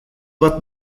bat